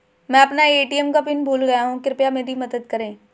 मैं अपना ए.टी.एम का पिन भूल गया हूं, कृपया मेरी मदद करें